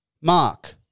Mark